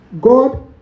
God